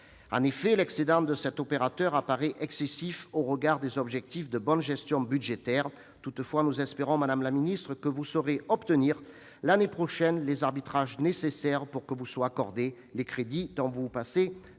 En effet, l'excédent de cet opérateur apparaît excessif au regard des objectifs de bonne gestion budgétaire. Toutefois, madame la secrétaire d'État, nous espérons que vous saurez obtenir, l'année prochaine, les arbitrages nécessaires pour que vous soient accordés les crédits dont vous vous passez